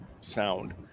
sound